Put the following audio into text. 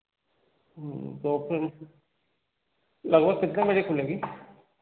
तो फिर लगभग कितने बजे खुलेगी